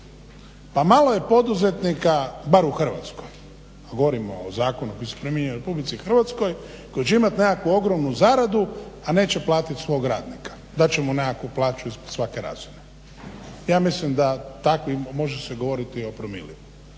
Pa malo je poduzetnika bar u Hrvatskoj, govorimo o zakonu koji se primjenjuje u RH, koji će imati nekakvu ogromnu zaradu a neće platiti svog radnika, dat će mu nekakvu plaću svake razine. Ja mislim da takvi, može se govoriti o promilu.